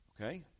Okay